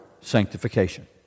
sanctification